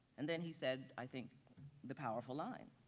and then he said, i think the powerful line.